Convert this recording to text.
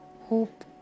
Hope